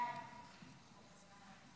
השר לוין, אתה מבקש לסכם?